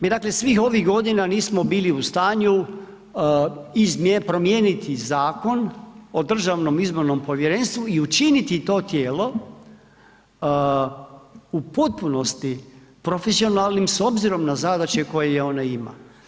Mi dakle svih ovih godina nismo bili u stanju promijeniti Zakon o Državnom izbornom povjerenstvu i učiniti to tijelo u potpunosti profesionalnim s obzirom na zadaće koje ona ima.